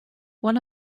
one